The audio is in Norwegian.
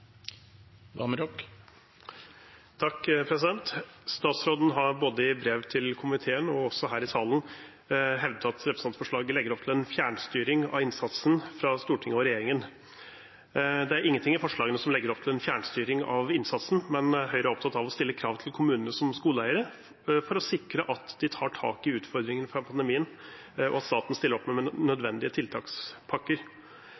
takk til dem være overstyring og detaljstyring, det bør være tillit, respekt og frihet til selv å vurdere hva det er best å gjøre. Det blir replikkordskifte. Statsråden har, både i brev til komiteen og også her i salen, hevdet at representantforslaget legger opp til en fjernstyring fra storting og regjering av innsatsen. Det er ingenting i forslagene som legger opp til en fjernstyring av innsatsen, men Høyre er opptatt av å stille krav til kommunene som skoleeiere for å sikre at